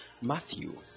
Matthew